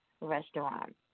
Restaurant